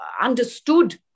understood